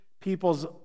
people's